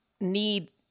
need